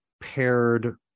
paired